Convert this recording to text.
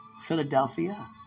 Philadelphia